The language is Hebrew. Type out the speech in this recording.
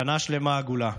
שנה שלמה, עגולה.